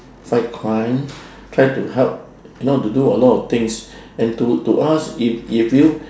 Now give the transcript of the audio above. fight crime try to help you know to do a lot of things and to to us if if you